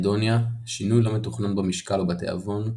אנהדוניה, שינוי לא מתוכנן במשקל או בתאבון,